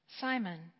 Simon